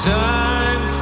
time